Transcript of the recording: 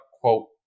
quote